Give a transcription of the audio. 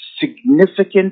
significant